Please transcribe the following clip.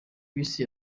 bisi